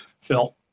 Phil